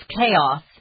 chaos